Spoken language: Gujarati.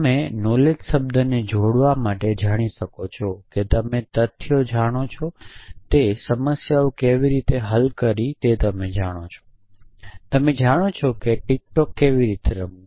તમે નોલેજ શબ્દને જોડવા માટે જાણી શકો છો કે તમે તથ્યો જાણો છો તે સમસ્યાઓ કેવી રીતે હલ કરવી તે તમે જાણો છો તમે જાણો છો કે ટિક ટોક કેવી રીતે રમવું